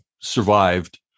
survived